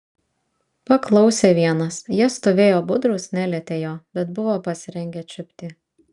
paklausė vienas jie stovėjo budrūs nelietė jo bet buvo pasirengę čiupti